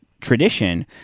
tradition